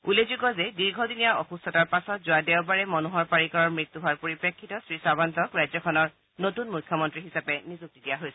উল্লেখযোগ্য যে দীৰ্ঘদিনীয়া অসুস্থতাৰ পাছত যোৱা দেওবাৰে মনোহৰ পাৰিকাৰৰ মৃত্যু হোৱাৰ পৰিপ্ৰেক্ষিতত শ্ৰীছাৱন্তক ৰাজ্যখনৰ নতুন মুখ্যমন্ত্ৰী হিচাপে নিযুক্তি দিয়া হৈছে